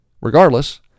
Regardless